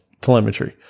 telemetry